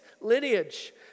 lineage